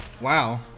Wow